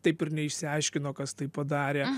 taip ir neišsiaiškino kas tai padarė